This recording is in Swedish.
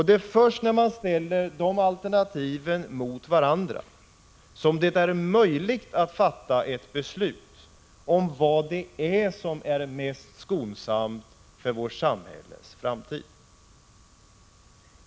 Det är först när man ställer dessa alternativ mot varandra som det är möjligt att fatta ett beslut om vad som är mest skonsamt för vårt samhälles framtid.